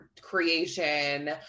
creation